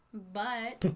but